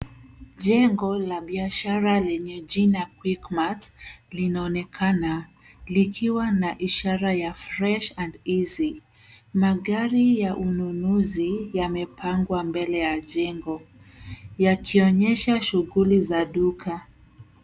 Jengo la biashara lenye jina Quickmart linaonekana likiwa na ishara ya Fresh and Easy. Magari ya ununuzi yamepangwa mbele ya jengo yakionyesha shughuli za duka.